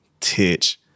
Titch